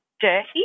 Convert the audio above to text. dirty